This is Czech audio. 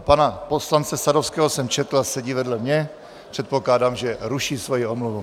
Pana poslance Sadovského jsem četl a sedí vedle mě, předpokládám, že ruší svoji omluvu.